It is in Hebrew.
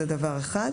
זה דבר אחד.